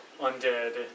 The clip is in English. undead